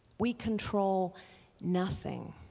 we control nothing